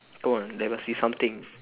go on there must be something